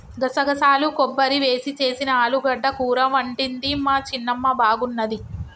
గసగసాలు కొబ్బరి వేసి చేసిన ఆలుగడ్డ కూర వండింది మా చిన్నమ్మ బాగున్నది